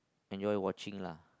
enjoy watching lah